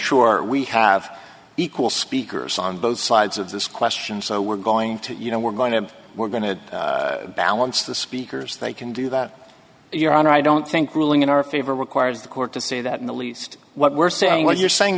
sure we have equal speakers on both sides of this question so we're going to you know we're going to we're going to balance the speakers they can do that your honor i don't think ruling in our favor requires the court to say that in the least what we're saying what you're saying